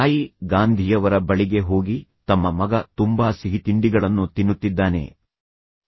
ತಾಯಿ ಗಾಂಧಿಯವರ ಬಳಿಗೆ ಹೋಗಿ ನಂತರ ತಮ್ಮ ಮಗ ತುಂಬಾ ಸಿಹಿತಿಂಡಿಗಳನ್ನು ತಿನ್ನುತ್ತಿದ್ದಾನೆ ಎಂದು ಹೇಳಿದರು